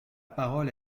parole